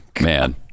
man